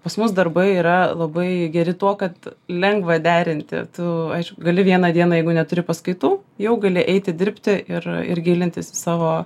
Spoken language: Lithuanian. pas mus darbai yra labai geri tuo kad lengva derinti tu gali vieną dieną jeigu neturi paskaitų jau gali eiti dirbti ir ir gilintis į savo